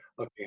okay